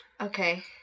Okay